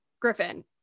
griffin